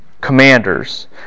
commanders